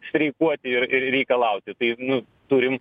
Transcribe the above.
streikuoti ir ir reikalauti tai nu turim